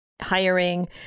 hiring